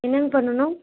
என்னங்க பண்ணணும்